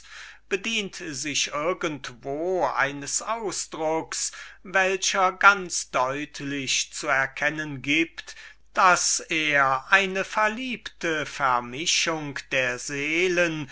bedient sich irgendwo eines ausdrucks welcher ganz deutlich zu erkennen gibt daß er eine verliebte vermischung der seelen